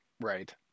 Right